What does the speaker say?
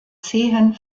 zehen